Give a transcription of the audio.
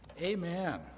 amen